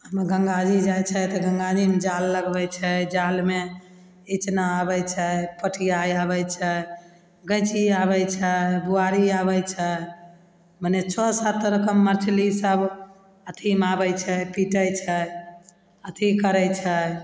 गंगा जी जाइ छै तऽ गंगा जीमे जाल लगबय छै जालमे इचना आबय छै पोठिया आबय छै गैञ्ची आबय छै बोआरी आबय छै मने छओ सात तरहके मछली सब अथीमे आबय छै पीटय छै अथी करय छै